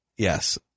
Yes